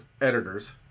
editors